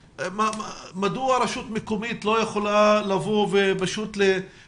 מדוע רשות מקומית לא יכולה לבוא ולספור